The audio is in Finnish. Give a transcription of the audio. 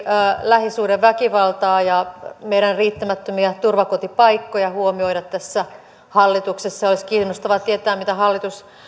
lähisuhdeväkivaltaa ja meidän riittämättömiä turvakotipaikkojamme huomioida tässä hallituksessa ja olisi kiinnostavaa tietää mitä hallitus